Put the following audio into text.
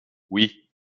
oui